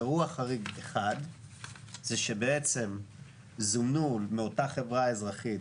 אירוע חריג אחד זה שזומנו מאותה חברה אזרחית,